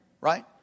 right